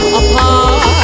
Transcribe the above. apart